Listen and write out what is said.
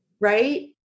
Right